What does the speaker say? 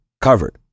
covered